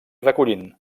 recollint